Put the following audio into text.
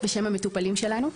בשם המטופלים שלנו.